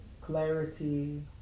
clarity